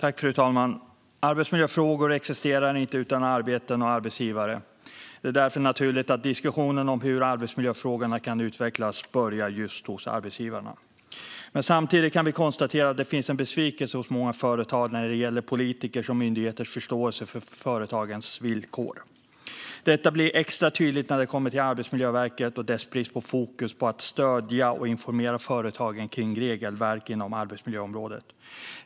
Fru talman! Arbetsmiljöfrågor existerar inte utan arbeten och arbetsgivare. Det är därför naturligt att diskussionen om hur arbetsmiljöfrågorna kan utvecklas börjar just hos arbetsgivarna. Men samtidigt kan vi konstatera att det finns en besvikelse hos många företag när det gäller politikers och myndigheters förståelse för företagens villkor. Detta blir extra tydligt när det kommer till Arbetsmiljöverket och dess brist på fokus på att stödja och informera företagen vad gäller regelverk inom arbetsmiljöområdet.